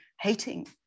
hating